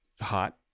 Hot